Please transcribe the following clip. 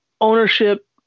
ownership